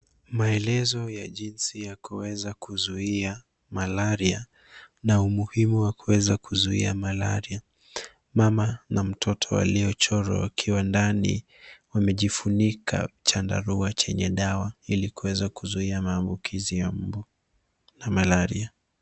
Maelezo ya jinsi ya kuweza kuzuia malaria na umuhimu wa kuweza kuzuia malaria. Mama na mtoto waliochorwa wakiwa ndani wamejifunika chandarua chenye dawa ili kuweza kuzia maambukizi ya mbu na malaria.